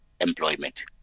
employment